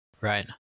Right